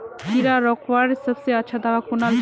कीड़ा रोकवार सबसे अच्छा दाबा कुनला छे?